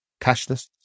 cashless